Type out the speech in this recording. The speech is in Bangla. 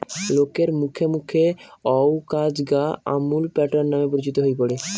লোকের মুখে মুখে অউ কাজ গা আমূল প্যাটার্ন নামে পরিচিত হই পড়ে